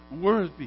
Worthy